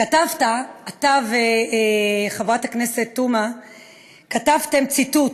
כתבת, אתה וחברת הכנסת תומא כתבתם ציטוט: